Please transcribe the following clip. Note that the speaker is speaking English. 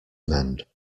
mend